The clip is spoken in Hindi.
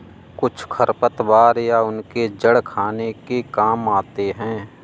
कुछ खरपतवार या उनके जड़ खाने के काम आते हैं